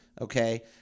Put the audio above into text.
okay